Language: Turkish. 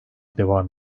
devam